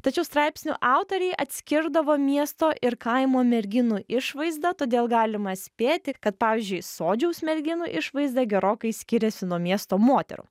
tačiau straipsnių autoriai atskirdavo miesto ir kaimo merginų išvaizdą todėl galima spėti kad pavyzdžiui sodžiaus merginų išvaizda gerokai skiriasi nuo miesto moterų